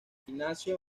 ignacio